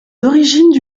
origines